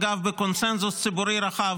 אגב בקונצנזוס ציבורי רחב.